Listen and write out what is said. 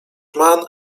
mann